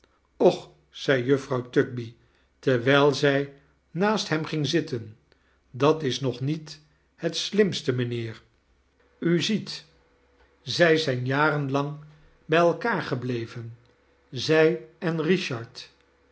och zei juffrouw tugby terwijl zij naast hem ging zitten dat is nog niet bet slimste mijnheer ziet zij zijn jaren lang bij elkaar gebleven zij en richard